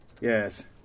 Yes